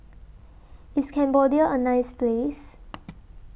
IS Cambodia A nice Place